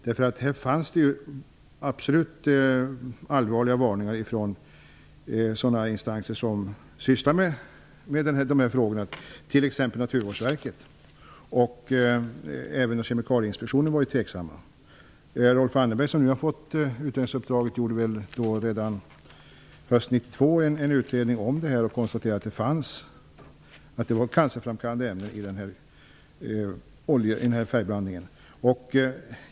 Det förekom allvarliga varningar från instanser som sysslar med sådana här frågor, exempelvis Kemikalieinspektionen var man tveksam. Rolf Anderberg, som nu har fått utredningsuppdraget, gjorde redan hösten 1992 en utredning. Han konstaterade att det fanns cancerframkallande ämnen i färgblandningen.